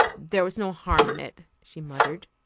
there was no harm in it, she muttered.